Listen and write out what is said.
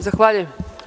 Zahvaljujem.